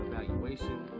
evaluation